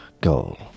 goal